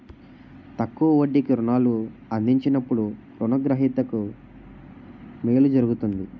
తక్కువ వడ్డీకి రుణాలు అందించినప్పుడు రుణ గ్రహీతకు మేలు జరుగుతుంది